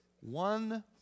one